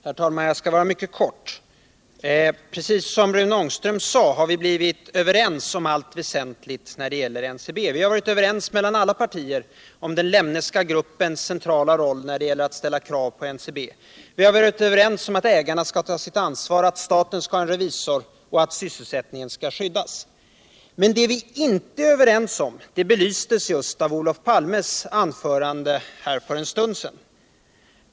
Herr talman! Jag skall fatta mig mycket kort. Precis som Rune Ångström sade har vi blivit överens om allt väsentligt när det gäller NCB. Inom alla partier har vi varit överens om den Lemneska gruppens centrala roll när det gäller att ställa krav på NCB. Vi har varit överens om att ägarna skall ta sitt ansvar, att staten skall ha en revisor och att sysselsättningen skall skyddas. Men det vi inte är överens om belystes just av Olof Palmes anförande för en stund sedan.